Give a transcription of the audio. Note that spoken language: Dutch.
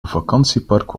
vakantiepark